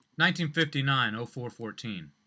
1959-0414